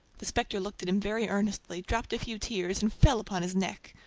the spectre looked at him very earnestly, dropped a few tears, and fell upon his neck.